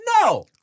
no